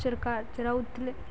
ସରକାର ଚଳାଉ ଥିଲେ